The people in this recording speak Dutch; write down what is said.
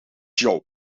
jouw